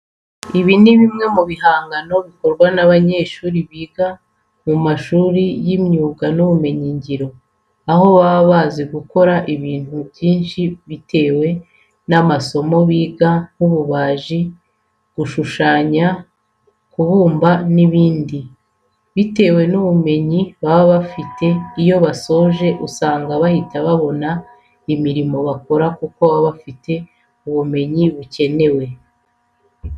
Ibi ni bimwe mu bihangano bikorwa n'abanyeshuri biga mu mashuri y'imyuga n'ubumenyingiro, aho baba bazi gukora ibintu byinshi bitewe n'amasomo biga nk'ububaji, gushushanya, kubumba n'ibindi. Bitewe n'ubumenyi baba bafite iyo basoje usanga bahita babona imirimo bakora kuko baba bafite ubumenyi bukenewe.